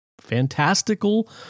fantastical